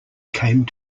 came